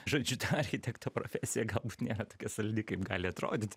žodžiu ta architekto profesija gal nėra tokia saldi kaip gali atrodyt